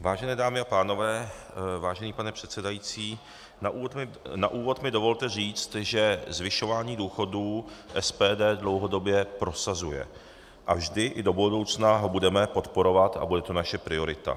Vážené dámy a pánové, vážený pane předsedající, na úvod mi dovolte říct, že zvyšování důchodů SPD dlouhodobě prosazuje a vždy i do budoucna ho budeme podporovat a bude to naše priorita.